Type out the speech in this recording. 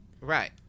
Right